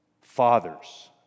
Fathers